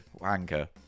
Wanker